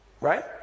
Right